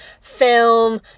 film